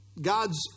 God's